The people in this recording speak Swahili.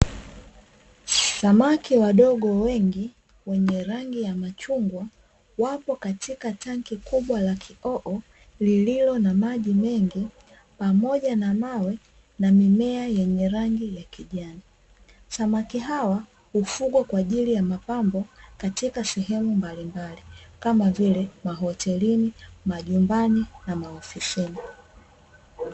Samaki wadogo wengi wenye rangi ya chungwa wapo katika tanki kubwa la kioo lililo na maji mengi pamoja na mawe na mimea yenye rangi ya kijani, samaki hawa ufugwa kwa ajili ya mapambo katika sehemu mbalimbali kama vile mahotelini, majumbani na maofisini.